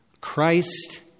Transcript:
Christ